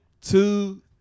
two